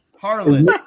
Harlan